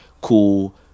Cool